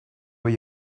were